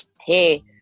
hey